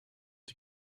die